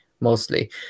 mostly